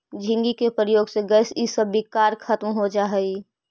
झींगी के प्रयोग से गैस इसब विकार खत्म हो जा हई